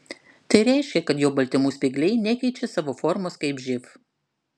tai reiškia kad jo baltymų spygliai nekeičia savo formos kaip živ